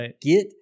get